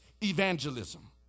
evangelism